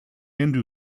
hindu